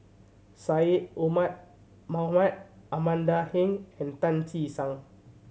Syed Omar Mohamed Amanda Heng and Tan Che Sang